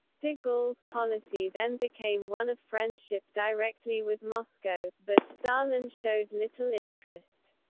de gaulle's policy then became one of friendship directly with moscow, but stalin showed little interest.